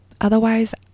Otherwise